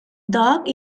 dog